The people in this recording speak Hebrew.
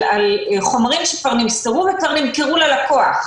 על חומרים שכבר נספרו וכבר נמכרו ללקוח.